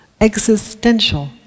Existential